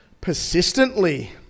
Persistently